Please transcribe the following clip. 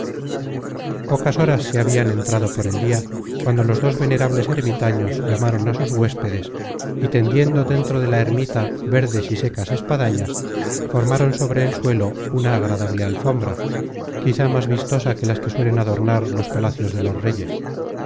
pocas horas se habia entrado por el dia cuando los dos venerables ermitaños llamaron á sus huéspedes y tendiendo dentro de la ermita verdes y secas espadañas formaron sobre el suelo una agradable alfombra quizá más vistosa que las que suelen adornar los palacios de los reyes